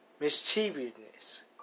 Mischievousness